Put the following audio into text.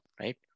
right